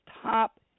top